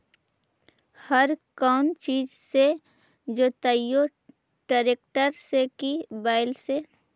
हर कौन चीज से जोतइयै टरेकटर से कि बैल से?